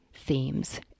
themes